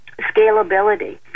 scalability